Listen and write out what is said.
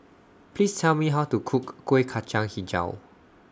Please Tell Me How to Cook Kuih Kacang Hijau